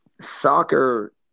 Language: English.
soccer